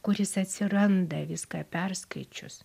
kuris atsiranda viską perskaičius